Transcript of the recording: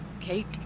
Kate